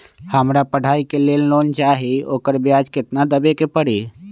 हमरा पढ़ाई के लेल लोन चाहि, ओकर ब्याज केतना दबे के परी?